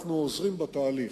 אנחנו עוזרים בתהליך,